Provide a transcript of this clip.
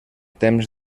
temps